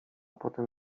potem